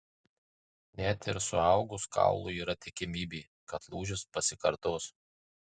net ir suaugus kaului yra tikimybė kad lūžis pasikartos